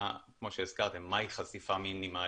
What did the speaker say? כמו שהזכרתם, מהי חשיפה מינימלית,